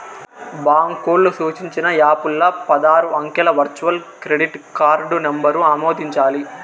బాంకోల్లు సూచించిన యాపుల్ల పదారు అంకెల వర్చువల్ క్రెడిట్ కార్డు నంబరు ఆమోదించాలి